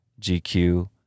gq